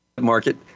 Market